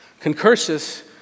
Concursus